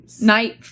night